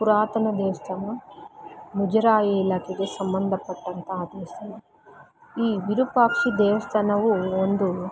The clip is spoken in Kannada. ಪುರಾತನ ದೇವಸ್ಥಾನ ಮುಜರಾಯಿ ಇಲಾಖೆಗೆ ಸಂಬಂಧಪಟ್ಟಂತಹ ದೇವಸ್ಥಾನ ಈ ವಿರೂಪಾಕ್ಷ ದೇವಸ್ಥಾನವು ಒಂದು